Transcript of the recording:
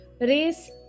race